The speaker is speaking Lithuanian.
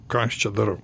ką aš čia darau